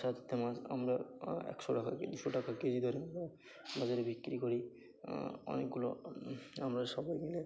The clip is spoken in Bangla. সাততে মাছ আমরা একশো টাকা দুশো টাকা কেজি দরে আমরা বাজারে বিক্রি করি অনেকগুলো আমরা সবাই মিলে